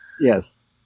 Yes